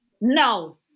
No